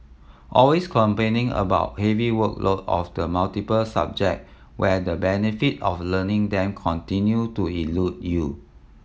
always complaining about heavy workload of the multiple subject where the benefit of learning them continue to elude you